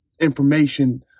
information